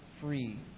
free